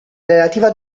relativa